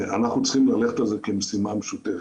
אנחנו צריכים ללכת על זה כמשימה משותפת.